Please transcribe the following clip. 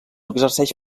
exerceix